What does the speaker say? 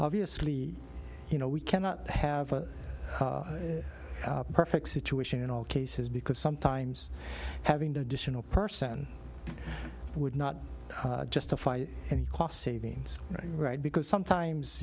obviously you know we cannot have a perfect situation in all cases because sometimes having to additional person would not justify any cost savings right because sometimes